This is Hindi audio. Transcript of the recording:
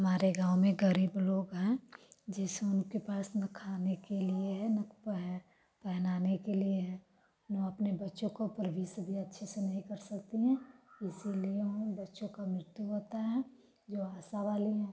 हमारे गाँव में गरीब लोग हैं जैसे उनके पास न खाने के लिए है न पेह पहनाने के लिए है वे अपने बच्चों को परवरिश भी अच्छे से नहीं कर सकते हैं इसीलिए उन बच्चों का मृत्यु होता है जो आशा वाले हैं